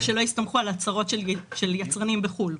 רק שלא יסתמכו על הצהרות של יצרנים בחו"ל.